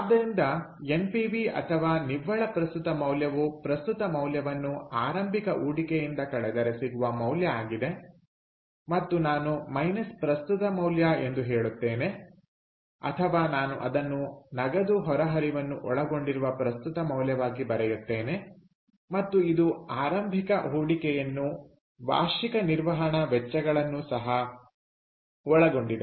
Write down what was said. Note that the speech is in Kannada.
ಆದ್ದರಿಂದ ಎನ್ಪಿವಿ ಅಥವಾ ನಿವ್ವಳ ಪ್ರಸ್ತುತ ಮೌಲ್ಯವು ಪ್ರಸ್ತುತ ಮೌಲ್ಯವನ್ನು ಆರಂಭಿಕ ಹೂಡಿಕೆಯಿಂದ ಕಳೆದರೆ ಸಿಗುವ ಮೌಲ್ಯ ಆಗಿದೆ ಮತ್ತು ನಾನು ಮೈನಸ್ ಪ್ರಸ್ತುತ ಮೌಲ್ಯ ಎಂದು ಹೇಳುತ್ತೇನೆ ಅಥವಾ ನಾನು ಅದನ್ನು ನಗದು ಹೊರಹರಿವನ್ನು ಒಳಗೊಂಡಿರುವ ಪ್ರಸ್ತುತ ಮೌಲ್ಯವಾಗಿ ಬರೆಯುತ್ತೇನೆ ಮತ್ತು ಇದು ಆರಂಭಿಕ ಹೂಡಿಕೆಯನ್ನು ವಾರ್ಷಿಕ ನಿರ್ವಹಣಾ ವೆಚ್ಚಗಳನ್ನು ಸಹ ಒಳಗೊಂಡಿದೆ